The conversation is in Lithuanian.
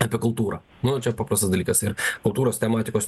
apie kultūrą nu čia paprastas dalykas yra kultūros tematikos